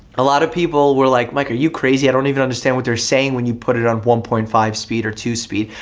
a lot of people people were like mike are you crazy i don't even understand what they're saying when you put it on one point five speed or two speed.